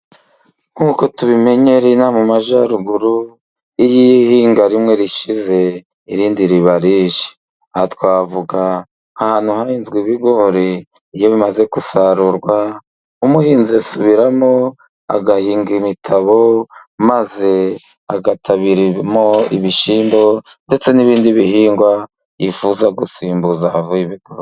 Nk'uko tubimenyereye ino aha mu majyaruguru, iyo ihinga rimwe rishize irindi riba rije. Aha twavuga ahantu hahinzwe ibigori, iyo bimaze gusarurwa, umuhinzi asubiramo agahinga imitabo, maze agatabiramo ibishyimbo, ndetse n'ibindi bihingwa yifuza gusimbuza.